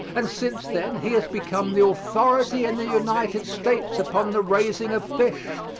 and since then he has become the authority in the united states upon the raising of fish,